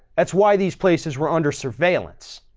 that's why these places were under surveillance.